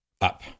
up